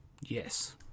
Yes